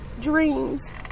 dreams